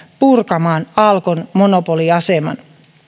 purkamaan alkon monopoliaseman